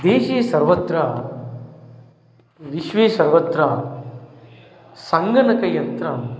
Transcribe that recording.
देशे सर्वत्र विश्वे सर्वत्र सङ्गणकयन्त्रं